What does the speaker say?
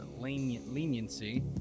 leniency